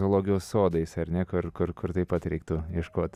zoologijos sodais ar ne kur kur taip pat reiktų ieškot